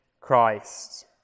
Christ